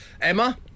Emma